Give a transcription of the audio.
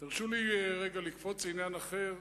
תרשו לי רגע לקפוץ לעניין אחר.